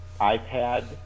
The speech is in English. ipad